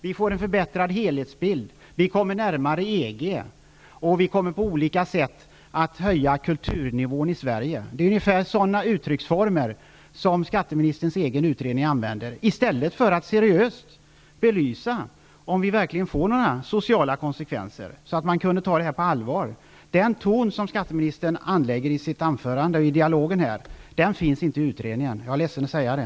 Vi får en förbättrad helhetsbild, kommer närmare EG och vi kommer på olika sätt att höja kulturnivån i Sverige. Det är ungefär sådana uttrycksformer som används i skatteministerns egen utredning, i stället för en seriös belysning av om vi får några sociala konsekvenser, så att vi kunde ta den på allvar. Den ton som skatteministern använder i dialogen här finns inte i utredningen. Jag är ledsen att säga det.